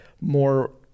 more